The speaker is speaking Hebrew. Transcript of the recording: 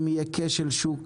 אם יהיה כשל שוק,